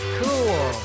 cool